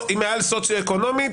סוציו-אקונומית,